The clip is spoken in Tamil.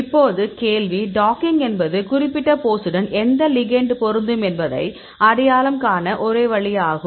இப்போது கேள்வி டாக்கிங் என்பது குறிப்பிட்ட போஸுடன் எந்த லிகெண்ட் பொருந்தும் என்பதை அடையாளம் காண ஒரே வழி ஆகும்